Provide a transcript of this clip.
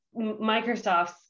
Microsoft's